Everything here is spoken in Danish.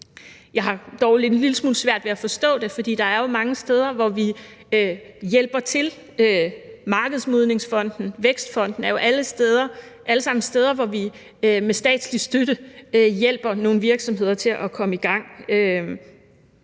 lille smule svært ved at forstå det, for der er mange steder, hvor vi hjælper til, f.eks. Markedsmodningsfonden og Vækstfonden. De er jo alle sammen steder, hvor vi med statslig støtte hjælper nogle virksomheder til at komme i gang.